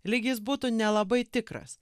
lyg jis būtų nelabai tikras